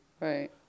Right